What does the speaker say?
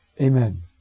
Amen